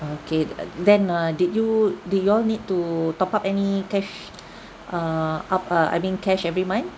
okay uh then uh did you did y'all need to top up any cash err up uh I mean cash every month